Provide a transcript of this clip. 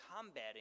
combating